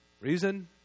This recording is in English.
Reason